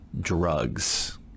drugs